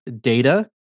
Data